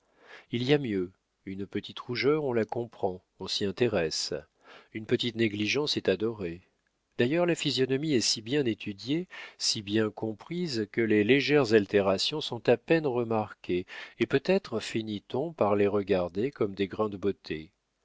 il y a mieux une petite rougeur on la comprend on s'y intéresse une petite négligence est adorée d'ailleurs la physionomie est si bien étudiée si bien comprise que les légères altérations sont à peine remarquées et peut-être finit on par les regarder comme des grains de beauté